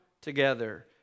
together